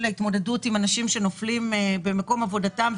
ההתמודדות של אנשים שנופלים במקום עבודתם,